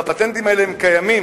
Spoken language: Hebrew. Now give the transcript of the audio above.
והפטנטים האלה קיימים.